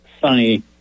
sunny